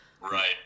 Right